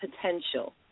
potential